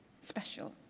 special